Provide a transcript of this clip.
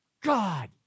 God